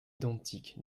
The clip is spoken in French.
identiques